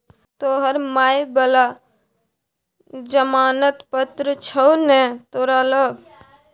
तोहर माय बला जमानत पत्र छौ ने तोरा लग